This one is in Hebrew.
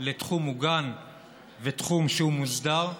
לתחום מוגן ותחום מוסדר.